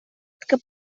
que